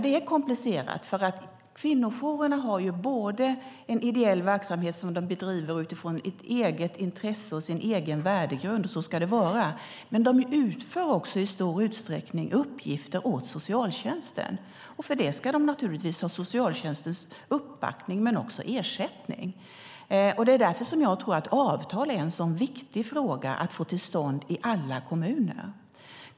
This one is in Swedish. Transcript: Det är komplicerat, för kvinnojourerna har både en ideell verksamhet som de bedriver utifrån ett eget intresse och en egen värdegrund, och så ska det vara, men de utför i stor utsträckning uppgifter åt socialtjänsten, och för det ska de naturligtvis ha socialtjänstens uppbackning och också ersättning. Därför tror jag att det är en viktig fråga att få till stånd avtal i alla kommuner.